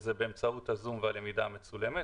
שהוא באמצעות ה-זום והלמידה המצולמת,